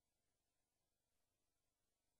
יש עובדות, חבר